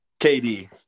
KD